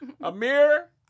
Amir